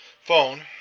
phone